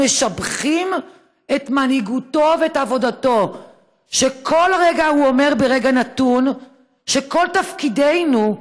משבחים את מנהיגותו ואת עבודתו של מי שאומר שכל תפקידנו,